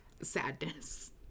Sadness